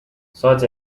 such